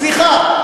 סליחה,